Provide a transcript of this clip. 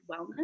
wellness